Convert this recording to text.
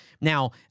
now